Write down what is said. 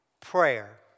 prayer